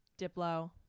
diplo